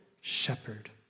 shepherd